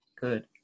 Good